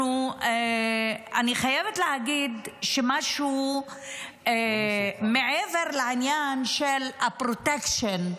אני חייבת להגיד, שמעבר לעניין של הפרוטקשן,